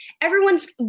Everyone's